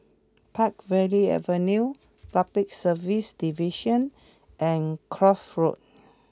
Peakville Avenue Public Service Division and Kloof Road